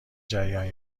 جریان